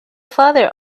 father